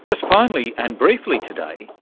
just finally and briefly today,